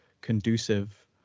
conducive